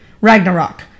Ragnarok